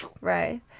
Right